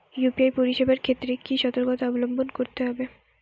UPI পরিসেবার ক্ষেত্রে কি সতর্কতা অবলম্বন করতে হবে?